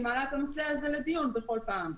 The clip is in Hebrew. מעלה את הנושא הזה לדיון בכל פעם.